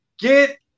Get